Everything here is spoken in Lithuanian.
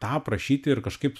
tą aprašyti ir kažkaip